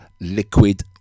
liquid